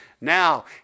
now